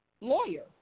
lawyer